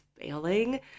failing